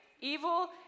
Evil